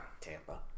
Tampa